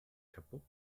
kaputt